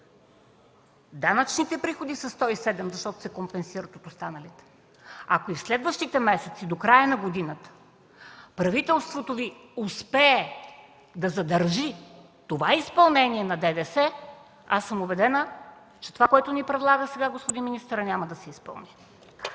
Данъчните приходи са 107 милиона, защото се компенсират от останалите. Ако през следващите месеци, до края на годината, правителството Ви успее да задържи това изпълнение на ДДС, аз съм убедена, че това, което ни предлага сега господин министърът, няма да се изпълни.